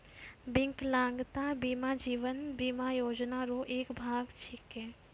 बिकलांगता बीमा जीवन बीमा योजना रो एक भाग छिकै